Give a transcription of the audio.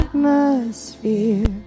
atmosphere